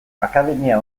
akademia